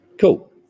Cool